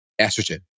estrogen